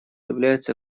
является